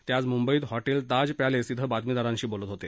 ते आज मुंबईत हॉटेल ताज पॅलेस इथं बातमीदारांशी बोलत होते